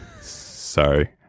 sorry